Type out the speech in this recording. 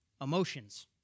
Emotions